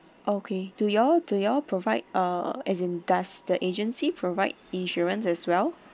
okay do you all do you all provide uh as in does the agency provide insurance as well